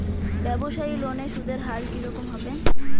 ব্যবসায়ী লোনে সুদের হার কি রকম হবে?